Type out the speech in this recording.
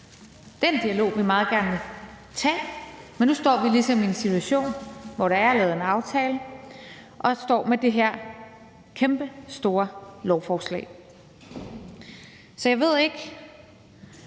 Den dialog vil vi meget gerne tage, men nu står vi ligesom i en situation, hvor der er lavet en aftale, og står med det her kæmpestore lovforslag. Så jeg ved ikke,